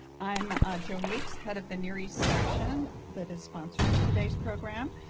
i'm ah joan weeks, head of the near east section that is sponsor of today's program.